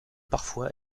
parfois